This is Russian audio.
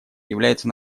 является